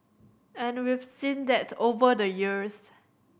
and we've seen that over the years